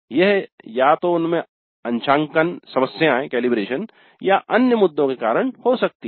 यह या तो उनमे अंशांकन समस्याएं या कुछ अन्य मुद्दे के कारण हो सकती है